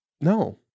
no